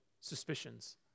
suspicions